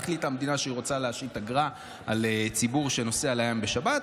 החליטה המדינה שהיא רוצה להשית אגרה על ציבור שנוסע לים בשבת,